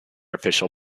official